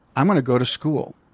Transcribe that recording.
i'm going to go to school.